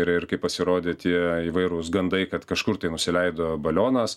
ir ir kai pasirodė tie įvairūs gandai kad kažkur tai nusileido balionas